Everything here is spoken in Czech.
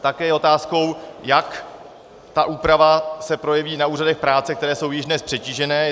Také je otázkou, jak se ta úprava projeví na úřadech práce, které jsou již dnes přetížené.